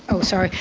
oh sorry,